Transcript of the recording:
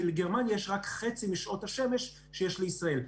כי לגרמניה יש רק חצי משעות השמש שיש לישראל.